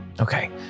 Okay